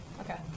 Okay